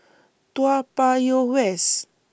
Toa Payoh West